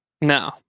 No